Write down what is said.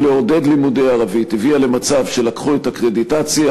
לעודד לימודי ערבית הביאה למצב שלקחו את הקרדיטציה,